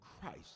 Christ